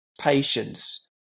patience